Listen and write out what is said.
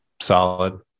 Solid